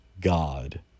God